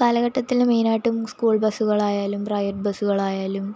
കാലഘട്ടത്തില് മെയ്നായ്ട്ടും സ്കൂൾ ബസ്സുകളായാലും പ്രൈവറ്റ് ബസ്സുകളായാലൂം